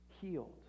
Healed